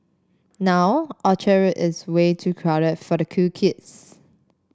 now Orchard Road is way too crowded for the cool kids